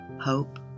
hope